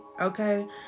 okay